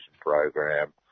program